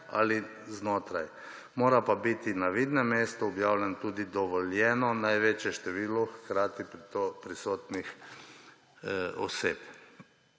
ali znotraj, mora pa biti na vidnem mestu objavljeno tudi dovoljeno največje število hkrati prisotnih oseb.